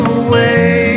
away